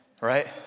right